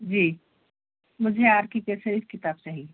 جی مجھے آپ کی کیسری کتاب چاہیے